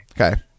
Okay